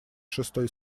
шестой